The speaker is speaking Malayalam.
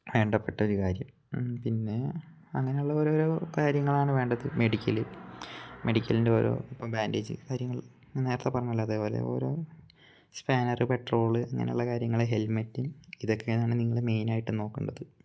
വേണ്ടപ്പെട്ട ഒരു കാര്യം പിന്നെ അങ്ങനെയുള്ള ഓരോരോ കാര്യങ്ങളാണ് വേണ്ടത് മെഡിക്കല് മെഡിക്കലിൻ്റെ ഓരോ ബാൻഡേജ് കാര്യങ്ങള് ഞാന് നേരത്തെ പറഞ്ഞല്ലോ അതേപോലെ ഓരോ സ്പാനറ് പെട്രോള് അങ്ങനെയുള്ള കാര്യങ്ങൾ ഹെൽമെറ്റ് ഇതൊക്കെയാണ് നിങ്ങൾ മെയിനായിട്ടും നോക്കേണ്ടത്